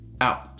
out